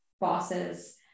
bosses